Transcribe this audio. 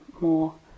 more